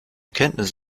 kenntnis